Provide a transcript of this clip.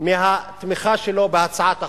מהתמיכה שלו בהצעת החוק,